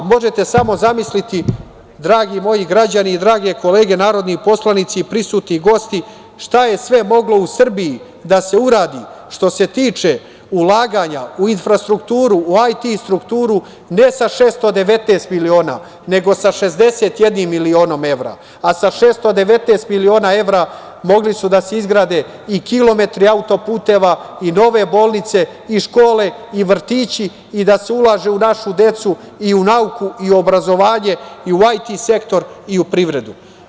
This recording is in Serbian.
Možete samo zamisliti, dragi moji građani i drage kolege narodni poslanici, prisutni gosti šta je sve moglo u Srbiji da se uradi što se tiče ulaganja u infrastrukturu, u IT strukturu, ne sa 619 miliona, nego sa 61 milionom evra, a sa 619 miliona evra mogli su da se izgrade i kilometri autoputeva, i nove bolnice, i škole, i vrtići, i da se ulaže u našu decu, i u nauku, i u obrazovanje, i u IT sektor, i u privredu.